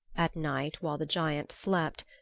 at night, while the giant slept,